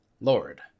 Lord